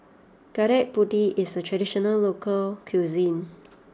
Gudeg Putih is a traditional local cuisine